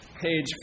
page